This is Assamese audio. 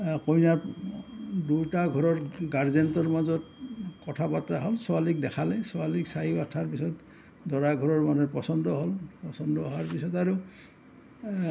কইনাক দুয়োটা ঘৰৰ গাৰ্জেন্টৰ মাজত কথা বাতৰা হ'ল ছোৱালীক দেখালে ছোৱালীক চাই উঠাৰ পিছত দৰা ঘৰৰ মানুহৰ পচন্দ হ'ল পচন্দ হোৱাৰ পিছত আৰু